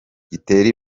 gitera